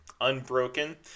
Unbroken